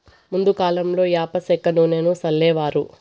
ముందు కాలంలో యాప సెక్క నూనెను సల్లేవారు